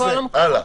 נכון.